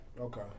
Okay